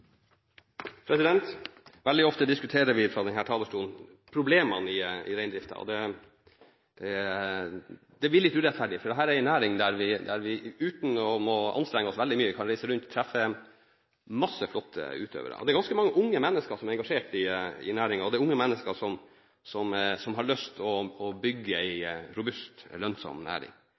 Veldig ofte diskuterer vi problemene i reindriften fra denne talerstolen. Det blir litt urettferdig, for dette er en næring der vi uten å måtte anstrenge oss veldig mye kan reise rundt og treffe masse flotte utøvere. Det er ganske mange unge mennesker som er engasjert i næringen, og det er unge mennesker som har lyst til å bygge en robust og lønnsom næring.